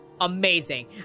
amazing